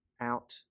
out